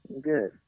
Good